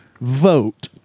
Vote